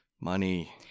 Money